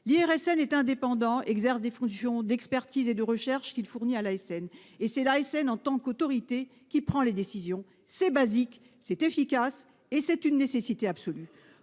L'IRSN est indépendant. Il exerce des fonctions d'expertise et de recherche, qu'il fournit à l'ASN. C'est l'ASN, en tant qu'autorité, qui prend les décisions. C'est basique, c'est efficace et c'est une nécessité absolue.